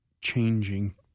changing